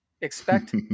expect